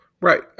Right